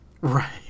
Right